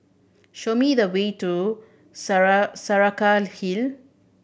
show me the way to Saraca Hill